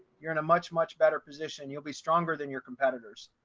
you're in a much, much better position, you'll be stronger than your competitors.